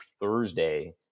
Thursday